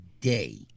day